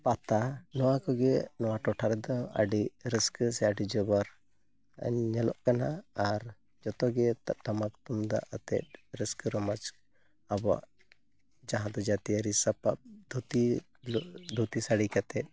ᱯᱟᱛᱟ ᱱᱚᱣᱟ ᱠᱚᱜᱮ ᱱᱚᱣᱟ ᱴᱚᱴᱷᱟ ᱨᱮᱫᱚ ᱟᱹᱰᱤ ᱨᱟᱹᱥᱠᱟ ᱥᱮ ᱟᱹᱰᱤ ᱡᱚᱵᱚᱨ ᱧᱮᱞᱚᱜ ᱠᱟᱱᱟ ᱟᱨ ᱡᱚᱛᱚ ᱜᱮ ᱴᱟᱢᱟᱠᱼᱛᱩᱢᱫᱟᱜ ᱟᱛᱮᱫ ᱨᱟᱹᱥᱠᱟᱹᱼᱨᱚᱢᱚᱡᱽ ᱟᱵᱚᱣᱟᱜ ᱡᱟᱦᱟᱸᱫᱚ ᱡᱟᱹᱛᱤᱭᱟᱹᱨᱤ ᱥᱟᱯᱟᱯ ᱫᱷᱩᱛᱤ ᱫᱷᱩᱛᱤ ᱥᱟᱹᱲᱤ ᱠᱟᱛᱮᱫ